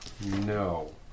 No